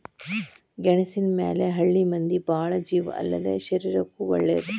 ಗೆಣಸಿನ ಮ್ಯಾಲ ಹಳ್ಳಿ ಮಂದಿ ಬಾಳ ಜೇವ ಅಲ್ಲದೇ ಶರೇರಕ್ಕೂ ವಳೇದ